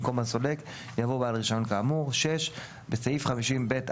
במקום "הסולק" יבוא "בעל הרישיון כאמור"; (6) בסעיף 50ב(א),